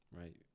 right